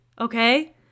Okay